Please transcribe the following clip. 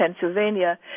Pennsylvania